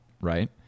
right